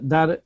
Dar